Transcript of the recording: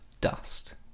dust